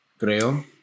creo